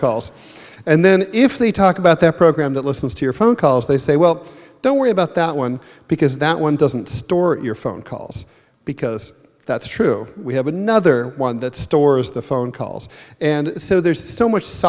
calls and then if they talk about their program that listens to your phone calls they say well don't worry about that one because that one doesn't store your phone calls because that's true we have another one that stores the phone calls and so there's so much